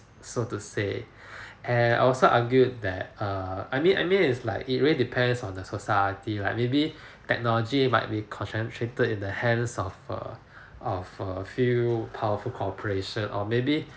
so to say and I also argued that err I mean I mean it's like it really depends on the society right maybe technology might be concentrated in the hands of err of err few powerful corporation or maybe